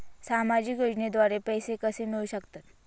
सामाजिक योजनेद्वारे पैसे कसे मिळू शकतात?